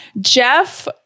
Jeff